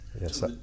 Yes